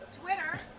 Twitter